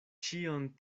ĉion